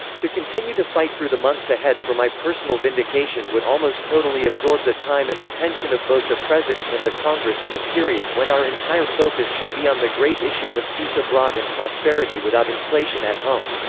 to continue to fight through the months ahead for my personal vindication would almost totally absorb the time and attention of both the president and the congress in a period when our entire focus should be on the great issues of peace abroad and prosperity without inflation at home.